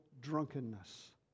drunkenness